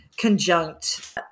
conjunct